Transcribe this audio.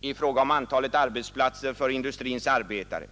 i fråga om antalet arbetsplatser för industrins arbetare.